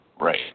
Right